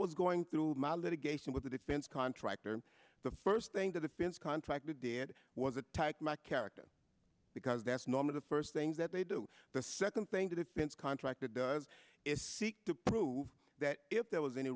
was going through my litigation with the defense contractor the first thing the defense contractor did was attack my character because that's normally the first things that they do the second thing the defense contractor does is seek to prove that if there was any